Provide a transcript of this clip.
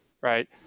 right